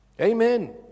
Amen